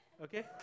Okay